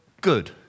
Good